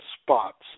spots